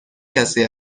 کسی